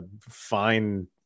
fine